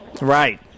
Right